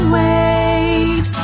wait